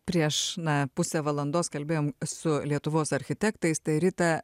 prieš na pusę valandos kalbėjom su lietuvos architektais tai rita